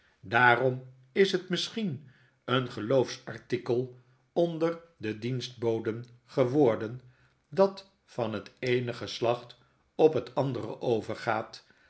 daarom is het misschien een geloofsartikel onder de dienstboden geworden dat van het eene geslacht op het andere overgaat